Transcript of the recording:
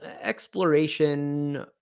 exploration